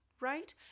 right